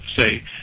say